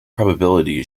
probability